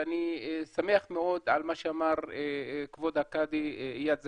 ואני שמח מאוד על מה שאמר כבוד הקאדי איאד זחאלקה,